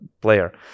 player